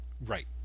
Right